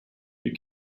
you